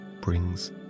brings